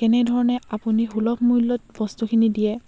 কেনেধৰণে আপুনি সুলভ মূল্যত বস্তুখিনি দিয়ে